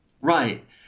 Right